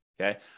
Okay